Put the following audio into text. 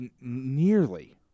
nearly